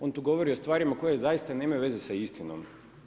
On tu govori o stvarima koje zaista nemaju veze sa istinom.